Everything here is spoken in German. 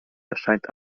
erscheint